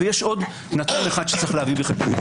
יש עוד נתון שיש לקחת בחשבון.